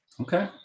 Okay